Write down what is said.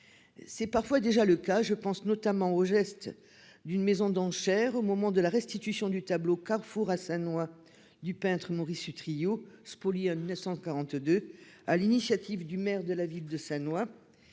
C'est parfois déjà le cas, je pense notamment aux gestes d'une maison d'enchères au moment de la restitution du tableau Carrefour à Sannois du peintre Maurice Utrillo spoliés 1942 à l'initiative du maire de la ville de Sannois.